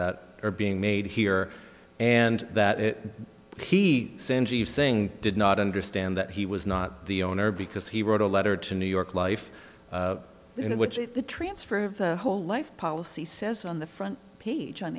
that are being made here and that is he saying did not understand that he was not the owner because he wrote a letter to new york life in which the transfer of the whole life policy says on the front page on